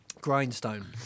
Grindstone